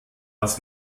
was